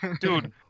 dude